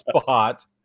spot